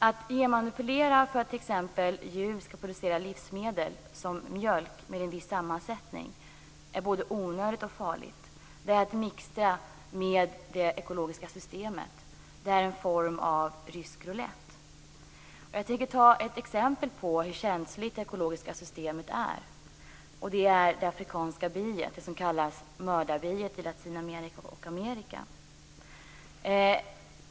Att genmanipulera för att djur skall producera livsmedel som t.ex. mjölk med en viss sammansättning är både onödigt och farligt. Det är att mixtra med det ekologiska systemet. Det är en form av rysk roulett. Jag tänker ta ett exempel på hur känsligt det ekologiska systemet är. Det gäller det afrikanska biet, det som kallas mördarbiet i Latinamerika och Amerika.